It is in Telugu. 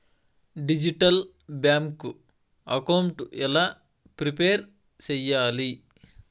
డిజిటల్ బ్యాంకు అకౌంట్ ఎలా ప్రిపేర్ సెయ్యాలి?